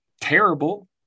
terrible